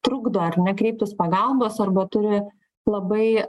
trukdo ar ne kreiptis pagalbos arba turi labai